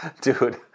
dude